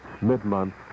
mid-month